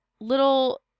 little